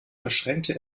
verschränkte